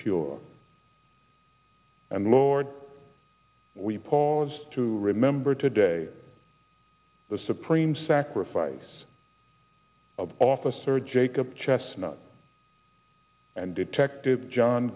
pure and lord we pause to remember today the supreme sacrifice of officer jacob chestnut and detective john